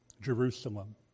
Jerusalem